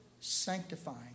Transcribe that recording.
sanctifying